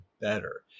better